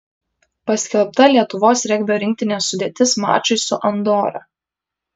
paskelbta lietuvos regbio rinktinės sudėtis mačui su andora